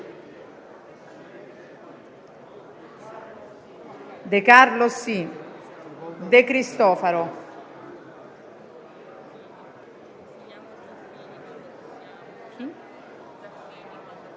De Carlo, De Cristofaro,